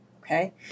okay